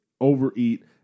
overeat